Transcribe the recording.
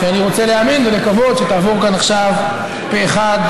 שאני רוצה להאמין ולקוות שתעבור כאן עכשיו פה אחד,